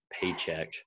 paycheck